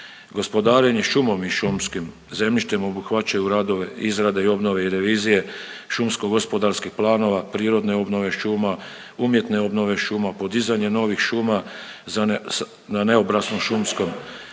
Gospodarenje šumom i šumskim zemljištem obuhvaćaju radove izrade i obnove i revizije šumogopodarskih planova, prirodne obnove šuma, umjetne obnove šuma, podizanje novih šuma na neobraslom šumskom